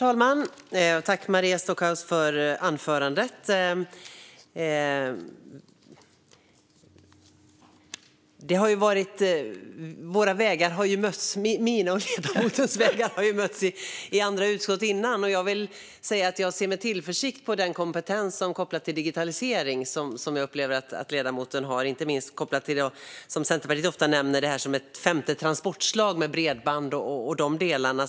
Herr talman! Tack för anförandet, Maria Stockhaus! Mina och ledamotens vägar har mötts i andra utskott tidigare. Jag känner tillförsikt när det gäller ledamotens kompetens kopplat till digitalisering, inte minst det som Centerpartiet ofta benämner ett femte transportslag. Det gäller bredband och de delarna.